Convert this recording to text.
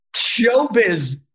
showbiz